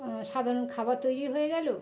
সাধারণ খাবার তৈরি হয়ে গেল